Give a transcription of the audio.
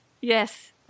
Yes